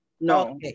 No